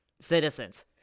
citizens